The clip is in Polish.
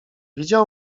widział